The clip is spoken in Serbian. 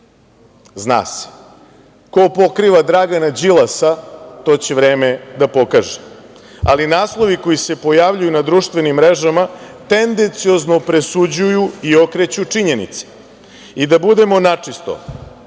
zna se. Ko pokriva Dragana Đilasa, to će vreme da pokaže, ali naslovi koji se pojavljuju na društvenim mrežama tendenciozno presuđuju i okreću činjenice. Da budemo načisto,